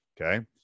okay